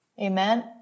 amen